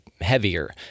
heavier